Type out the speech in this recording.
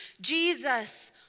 Jesus